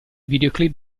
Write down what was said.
videoclip